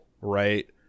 right